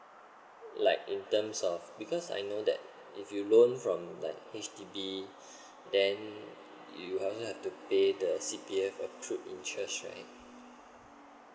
like in terms of because I know that if you loan from like H_D_B then you doesn't have to pay the C P F in right